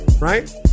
Right